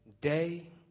day